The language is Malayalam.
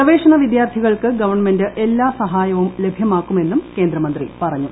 ഗവേഷണ വിദ്യാർത്ഥികൾക്ക് ഗവൺമെന്റ് എല്ലാ സഹായവും ലഭ്യമാക്കുമെന്ന് കേന്ദ്രമന്ത്രി പറഞ്ഞു